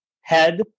head